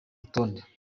rutonde